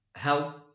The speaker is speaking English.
help